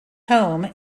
home